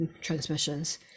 transmissions